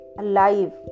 alive